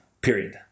period